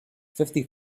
fifty